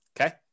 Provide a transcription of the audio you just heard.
Okay